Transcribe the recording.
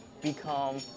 become